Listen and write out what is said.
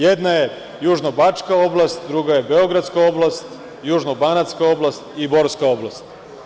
Jedna je južnobačka oblast, druga je beogradska oblast, junobanatska oblast i borska oblast.